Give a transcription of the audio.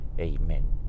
Amen